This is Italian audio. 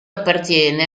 appartiene